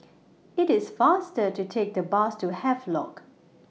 IT IS faster to Take The Bus to Havelock